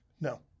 No